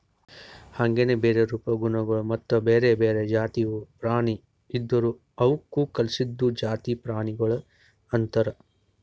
ಹಾಂಗೆನೆ ಬೇರೆ ರೂಪ, ಗುಣಗೊಳ್ ಮತ್ತ ಬ್ಯಾರೆ ಬ್ಯಾರೆ ಜಾತಿವು ಪ್ರಾಣಿ ಇದುರ್ ಅವುಕ್ ಕಲ್ಸಿದ್ದು ಜಾತಿ ಪ್ರಾಣಿಗೊಳ್ ಅಂತರ್